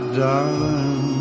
darling